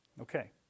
Okay